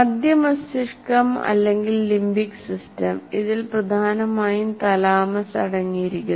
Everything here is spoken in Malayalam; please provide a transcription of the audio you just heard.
മധ്യ മസ്തിഷ്കം അല്ലെങ്കിൽ ലിംബിക് സിസ്റ്റം ഇതിൽ പ്രധാനമായും തലാമസ് അടങ്ങിയിരിക്കുന്നു